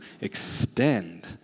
extend